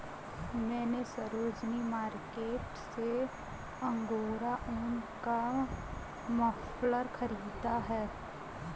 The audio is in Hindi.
मैने सरोजिनी मार्केट से अंगोरा ऊन का मफलर खरीदा है